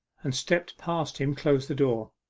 and stepping past him closed the door.